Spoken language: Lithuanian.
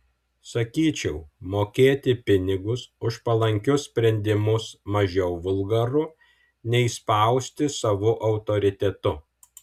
sakyčiau mokėti pinigus už palankius sprendimus mažiau vulgaru nei spausti savu autoritetu